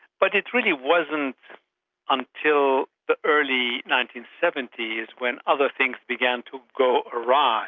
but it really wasn't until the early nineteen seventy s when other things began to go awry